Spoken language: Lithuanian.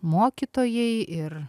mokytojai ir